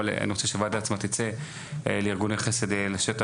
אבל אני רוצה שהוועדה עצמה תצא לארגוני חסד בשטח